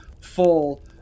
full